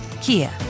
Kia